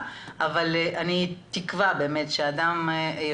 אני שמחה מאוד שכולם רוצים לקחת חלק, זה